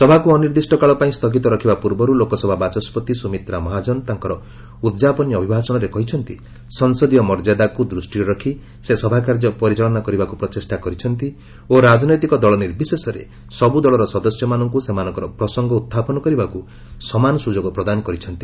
ସଭାକୁ ଅନିର୍ଦ୍ଦିଷ୍ଟକାଳ ପାଇଁ ସ୍ଥଗିତ ରଖିବା ପୂର୍ବରୁ ଲୋକସଭା ବାଚସ୍କତି ସୁମିତ୍ରା ମହାଜନ ତାଙ୍କର ଉଦ୍ଯାପନୀ ଅଭିଭାଷଣରେ କହିଛନ୍ତି ସଂସଦୀୟ ମର୍ଯ୍ୟାଦାକୁ ଦୃଷ୍ଟିରେ ରଖି ସେ ସଭାକାର୍ଯ୍ୟ ପରିଚାଳନା କରିବାକୁ ପ୍ରଚେଷ୍ଟା କରିଛନ୍ତି ଓ ରାଜନୈତିକ ଦଳ ନିର୍ବଶେଷରେ ସବୁ ଦଳର ସଦସ୍ୟମାନଙ୍କୁ ସେମାନଙ୍କର ପ୍ରସଙ୍ଗ ଉତ୍ଥାପନ କରିବାକୁ ସମାନ ସୁଯୋଗ ପ୍ରଦାନ କରିଛନ୍ତି